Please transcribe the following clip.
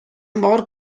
mor